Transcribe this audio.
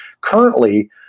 Currently